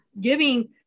giving